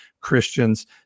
Christians